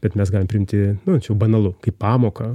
bet mes galim priimti nu čia jau banalu kaip pamoką